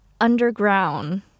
underground